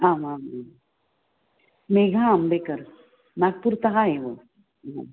आम् आं मेघना आम्बेकर् नागपुरतः एव हा